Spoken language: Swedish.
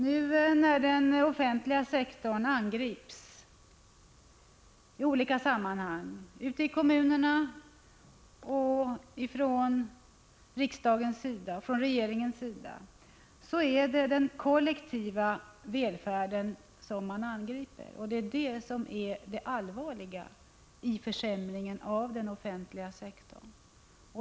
När nu den offentliga sektorn angrips i olika sammanhang — ute i kommunerna och från riksdagens och regeringens sida — är det den kollektiva välfärden som angrips. Det är detta som är det allvarliga i försämringen av den offentliga sektorn.